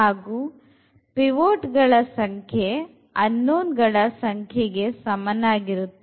ಹಾಗೂ ಪಿವೊಟ್ ಗಳ ಸಂಖ್ಯೆ unknown ಗಳ ಸಂಖ್ಯೆಗೆ ಸಮನಾಗಿರುತ್ತದೆ